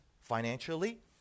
financially